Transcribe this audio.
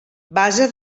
base